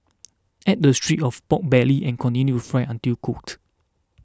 add the strips of pork belly and continue fry until cooked